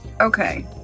Okay